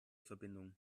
verbindung